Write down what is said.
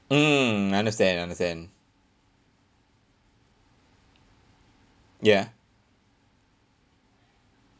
mm understand understand ya